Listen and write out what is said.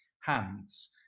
hands